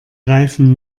reifen